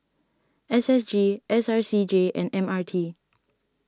S S G S R C J and M R T